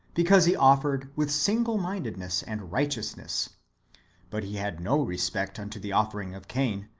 because he offered with single-mindedness and right eousness but he had no respect unto the offering of cain,